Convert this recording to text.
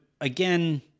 again